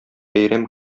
бәйрәм